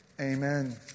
amen